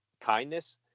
kindness